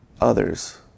others